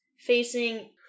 facing